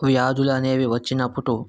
వ్యాధులు అనేవి వచ్చినప్పుడు